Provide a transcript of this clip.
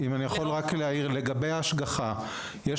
אם אני יכול רק להעיר לגבי ההשגחה: יש